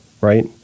Right